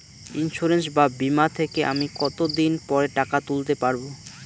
Insurance বা বিমা থেকে আমি কত দিন পরে টাকা তুলতে পারব?